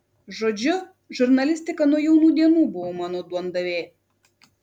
žodžiu žurnalistika nuo jaunų dienų buvo mano duondavė